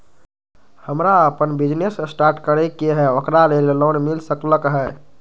हमरा अपन business start करे के है ओकरा लेल लोन मिल सकलक ह?